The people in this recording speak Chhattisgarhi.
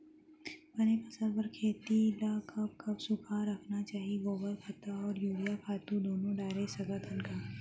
बने फसल बर खेती ल कब कब सूखा रखना चाही, गोबर खत्ता और यूरिया खातू दूनो डारे सकथन का?